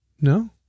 No